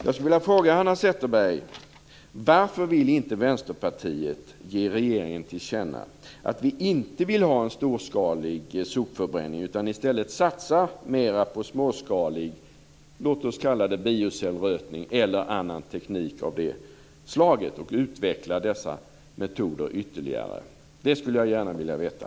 Jag skulle vilja fråga Hanna Zetterberg: Varför vill inte Vänsterpartiet ge regeringen till känna att ni inte vill ha en storskalig sopförbränning utan i stället vill satsa mer på småskalighet, t.ex. s.k. biocellrötning eller annan teknik av det slaget, och utveckla dessa metoder ytterligare? Det skulle jag gärna vilja veta.